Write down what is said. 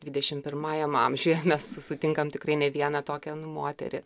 dvidešimt pirmajam amžiuje mes sutinkam tikrai ne vieną tokią moterį palaukit mes čia